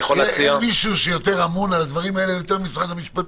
אין מישהו שאמון על הדברים האלה יותר ממשרד המשפטים.